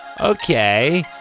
okay